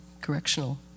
Correctional